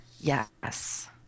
Yes